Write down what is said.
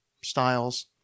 styles